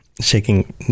shaking